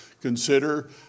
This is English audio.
consider